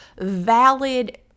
valid